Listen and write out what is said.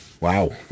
wow